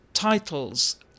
Titles